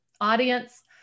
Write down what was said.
audience